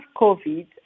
covid